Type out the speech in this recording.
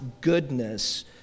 goodness